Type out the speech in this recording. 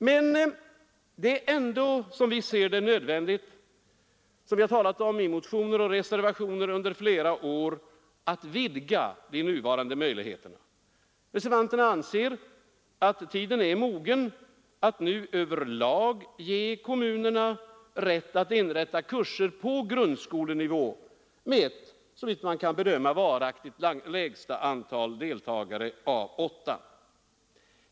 Som vi ser det, är det ändå nödvändigt — vi har talat om detta i motioner och reservationer under flera år — att vidga de nuvarande möjligheterna. Reservanterna anser att tiden är mogen att över lag ge kommunerna rätt att inrätta kurser på grundskolenivå med ett, såvitt man kan bedöma, varaktigt lägsta antal deltagare av åtta.